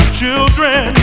children